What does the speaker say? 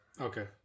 Okay